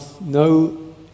no